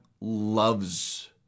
loves